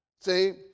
See